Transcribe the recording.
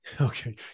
Okay